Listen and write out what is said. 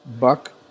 Buck